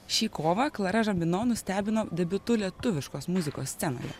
šį kovą klara žambino nustebino debiutu lietuviškos muzikos scenoje